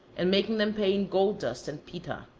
and making them pay in gold dust and pita.